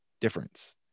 difference